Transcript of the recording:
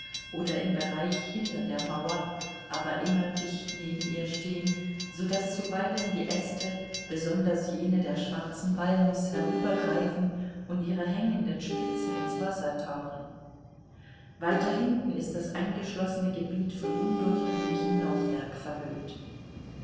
oder im bereich hinter der mauer aber immer dicht neben ihr stehen so daß zuweilen die äste besonders jene der schwarzen walnuß herübergreifen und ihre hängenden spitzen ins wasser tauchen weiter hinten ist das eingeschlossene gebiet von undurchdringlichem laubwerk verhüllt